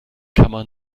kammer